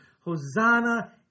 Hosanna